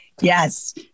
yes